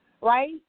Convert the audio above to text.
right